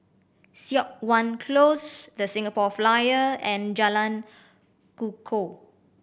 Siok Wan Close The Singapore Flyer and Jalan Kukoh